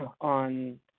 on